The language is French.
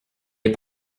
est